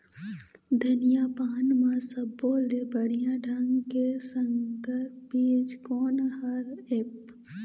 धनिया पान म सब्बो ले बढ़िया ढंग के संकर बीज कोन हर ऐप?